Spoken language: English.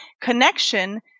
connection